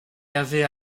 avait